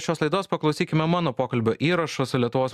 šios laidos paklausykime mano pokalbio įrašo su lietuvos